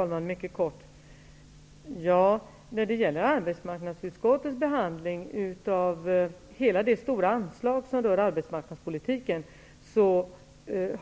Herr talman! I arbetsmarknadsutskottets behandling av hela det stora anslag som rör arbetsmarknadspolitiken